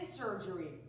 surgery